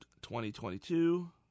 2022